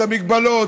את המגבלות,